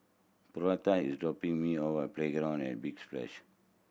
Portia is dropping me off Playground at Big Splash